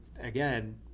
again